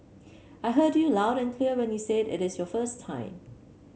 I heard you loud and clear when you said it is your first time